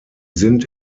sind